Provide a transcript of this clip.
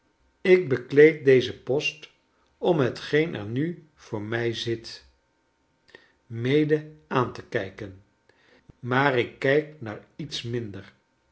ik bekleed dezen post om hetgeen er nu voor mij zit mede aan te kijken maar ik kijk naar iets minder